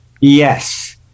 Yes